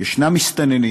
ישנם מסתננים